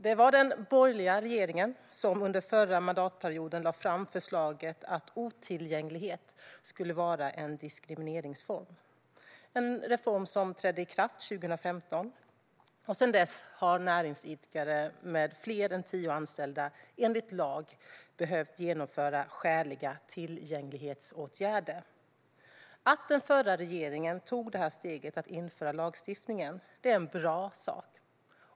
Det var den borgerliga regeringen som under den förra mandatperioden lade fram förslaget att otillgänglighet skulle vara en diskrimineringsform. Denna reform trädde i kraft 2015, och sedan dess har näringsidkare med fler är tio anställda enligt lag behövt vidta skäliga tillgänglighetsåtgärder. Att den förra regeringen tog steget att införa denna lagstiftning är en bra sak.